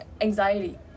anxiety